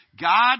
God